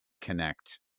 connect